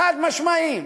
חד-משמעיים.